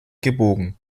gebogen